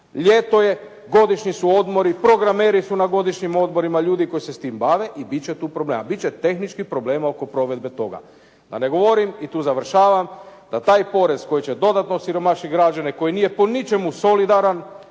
Ljeto je, godišnji su odmori, programeri su na godišnjim odmorima, ljudi koji se s tim bave i bit će tu problema. Bit će tehničkih problema oko provedbe toga. Da ne govorim, i tu završavam, da taj porez koji će dodatno osiromašiti građane, koji nije po ničemu solidaran,